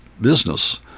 business